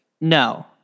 No